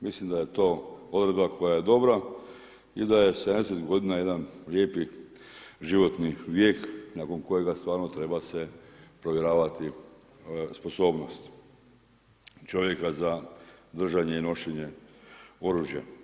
Mislim da je to odredba koja je dobra i da je 70 godina jedan lijepi životni vijek nakon kojega stvarno treba se provjeravati sposobnost čovjeka za držanje i nošenje oružja.